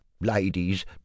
ladies